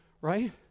right